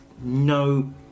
no